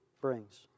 brings